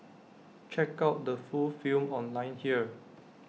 check out the full film online here